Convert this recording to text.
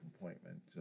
appointment